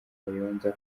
kayonza